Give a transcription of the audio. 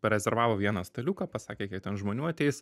parezervavo vieną staliuką pasakė kiek ten žmonių ateis